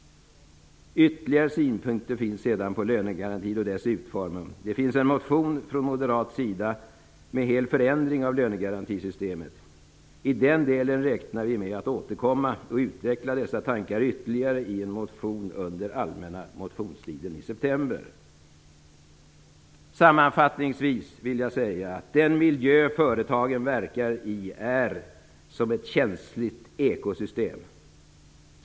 Ytterligare synpunkter finns sedan på lönegarantin och dess utformning. Det finns en motion från moderat sida om en förändring av lönegarantisystemet. Vi räknar med att återkomma och utveckla dessa tankar i den delen ytterligare i en motion under den allmänna motionstiden i september. Sammanfattningsvis vill jag säga att den miljö som företagen verkar i är som ett känsligt ekosystem.